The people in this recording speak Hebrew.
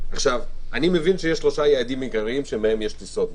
אני מבין שיש שלושה יעדים שמהם יוצאות טיסות: